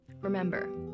Remember